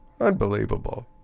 Unbelievable